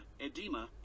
edema